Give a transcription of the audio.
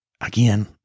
Again